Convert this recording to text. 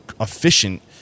efficient